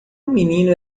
menino